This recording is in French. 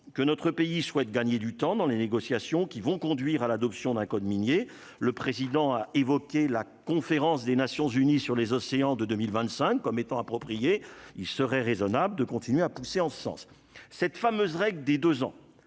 que notre pays souhaite gagner du temps dans les négociations qui vont conduire à l'adoption d'un code minier, le président a évoqué la conférence des Nations-Unies sur les océans de 2025 comme étant approprié, il serait raisonnable de continuer à pousser en ce sens cette fameuse règle des 2 ans